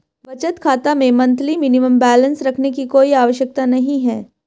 बचत खाता में मंथली मिनिमम बैलेंस रखने की कोई आवश्यकता नहीं है